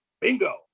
bingo